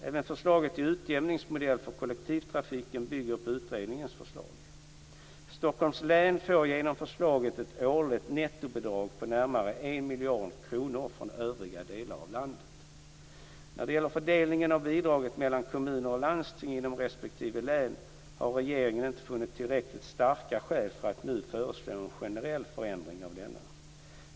Även förslaget till utjämningsmodell för kollektivtrafik bygger på utredningens förslag. Stockholms län får genom förslaget ett årligt nettobidrag på närmare 1 miljard kronor från övriga delar av landet. När det gäller fördelningen av bidraget mellan kommuner och landsting inom respektive län har regeringen inte funnit tillräckligt starka skäl för att nu föreslå en generell förändring av denna.